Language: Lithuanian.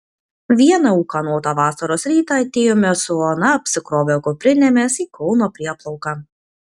vieną ūkanotą vasaros rytą atėjome su ona apsikrovę kuprinėmis į kauno prieplauką